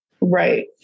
Right